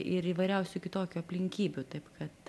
ir įvairiausių kitokių aplinkybių taip kad